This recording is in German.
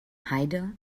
heide